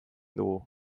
dugu